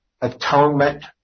atonement